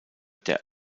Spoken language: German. der